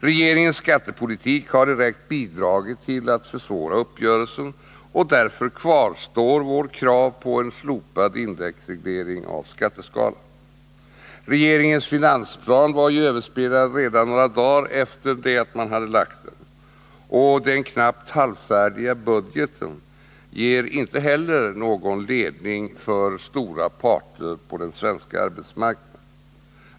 Regeringens skattepolitik har direkt bidragit till att försvåra uppgörelsen, och därför kvarstår vårt krav på slopad indexreglering av skatteskalan. Regeringens finansplan var ju överspelad några dagar efter det att den lagts fram, och den knappt halvfärdiga budgeten ger inte heller någon ledning för parterna på den svenska arbetsmarknaden.